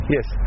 Yes